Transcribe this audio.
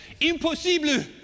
impossible